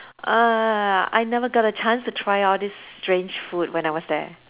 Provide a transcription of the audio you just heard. uh I never get a chance to try all this strange food when I was there